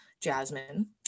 Jasmine